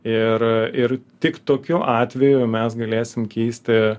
ir ir tik tokiu atveju mes galėsim keisti